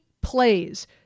plays